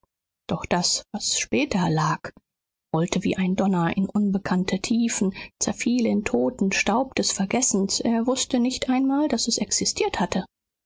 doch das was später lag rollte wie ein donner in unbekannte tiefen zerfiel in toten staub des vergessens er wußte nicht einmal daß es existiert hatte